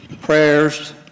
prayers